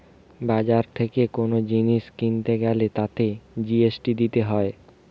বাজার থেকে কোন জিনিস কিনতে গ্যালে তাতে জি.এস.টি দিতে হয়